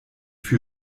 für